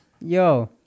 Yo